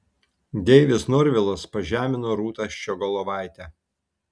deivis norvilas pažemino rūtą ščiogolevaitę